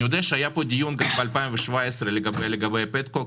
אני יודע שהיה פה דיון ב-2017 לגבי פטקוק,